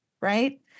right